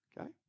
Okay